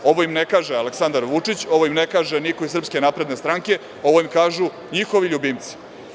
Ovo im ne kaže Aleksandar Vučić, ovo im ne kaže niko iz SNS, već im ovo kažu njihovi ljubimci.